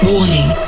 Warning